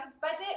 budget